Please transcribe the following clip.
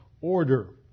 order